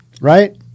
right